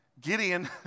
Gideon